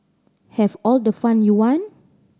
have all the fun you want